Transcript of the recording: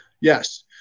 Yes